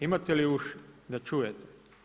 Imate li uši da čujete?